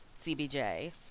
CBJ